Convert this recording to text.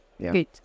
Good